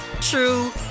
true